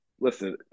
listen